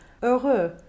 heureux